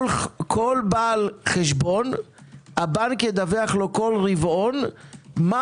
כל בעל חשבון הבנק ידווח לו כל רבעון מה